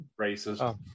Racism